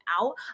out